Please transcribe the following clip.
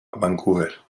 vancouver